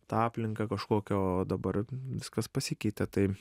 tą aplinką kažkokio dabar viskas pasikeitė tai